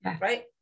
Right